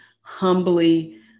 humbly